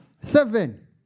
Seven